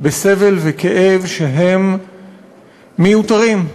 בסבל וכאב שהם מיותרים.